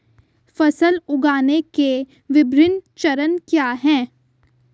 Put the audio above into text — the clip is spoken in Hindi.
फसल उगाने के विभिन्न चरण क्या हैं?